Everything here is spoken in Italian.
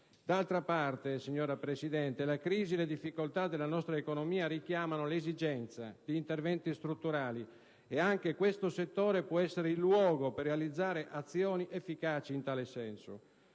D'altra parte, signora Presidente, la crisi e le difficoltà della nostra economia richiamano l'esigenza di interventi strutturali ed anche questo settore può essere il luogo per realizzare azioni efficaci in tal senso.